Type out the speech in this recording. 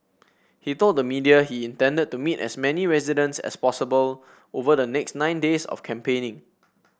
he told the media he intended to meet as many residents as possible over the next nine days of campaigning